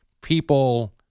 people